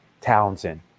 Townsend